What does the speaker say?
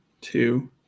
two